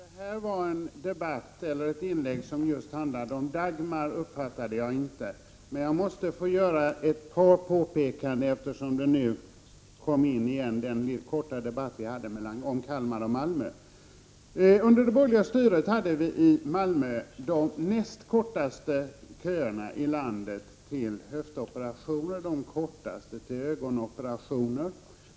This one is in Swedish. Fru talman! Jag uppfattade inte om detta var ett inlägg som handlade just om Dagmar. Men jag måste få göra ett par påpekanden, eftersom den korta debatten som vi hade om Kalmar och Malmö togs upp igen. Under det borgerliga styret hade vi i Malmö de näst kortaste köerna i landet till höftoperationer och de kortaste till ögonoperationer.